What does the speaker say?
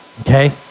okay